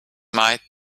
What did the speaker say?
might